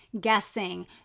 guessing